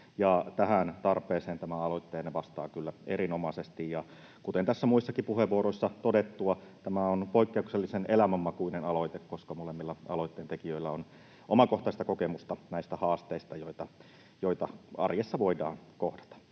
tähän tarpeeseen tämä aloitteenne vastaa kyllä erinomaisesti. Kuten tässä on muissakin puheenvuoroissa todettu, tämä on poikkeuksellisen elämänmakuinen aloite, koska molemmilla aloitteentekijöillä on omakotaista kokemusta näistä haasteista, joita arjessa voidaan kohdata.